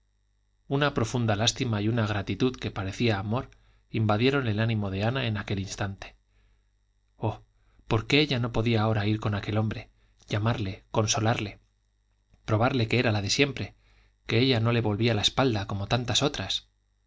una profunda lástima y una gratitud que parecía amor invadieron el ánimo de ana en aquel instante oh por qué ella no podía ahora ir con aquel hombre llamarle consolarle probarle que era la de siempre que ella no le volvía la espalda como tantas otras